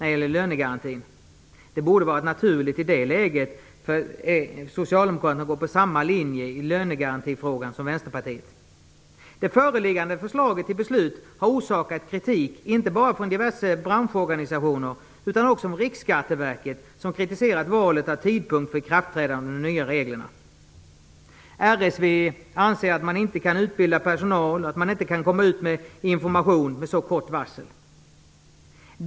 Det borde i det läget ha varit naturligt för Socialdemokraterna att följa samma linje i lönegarantifrågan som Vänsterpartiet. Det nu föreliggande förslaget till beslut har orsakat kritik inte bara från diverse branschorganisationer utan också från RSV, som kritiserar valet av tidpunkt för ikraftträdande av de nya reglerna. RSV anser att man inte hinner utbilda personal och att man inte kan komma ut med information med så kort varsel.